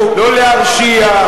לא להרשיע,